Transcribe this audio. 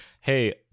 Hey